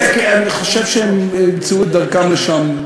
אני חושב שהם ימצאו את דרכם לשם.